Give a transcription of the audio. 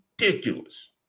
ridiculous